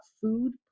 food